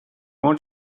want